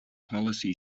policy